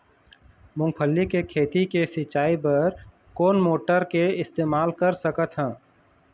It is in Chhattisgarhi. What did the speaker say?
मूंगफली के खेती के सिचाई बर कोन मोटर के इस्तेमाल कर सकत ह?